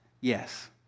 yes